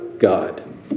God